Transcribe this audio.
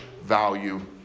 value